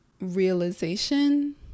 realization